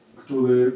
który